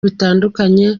bitandukanye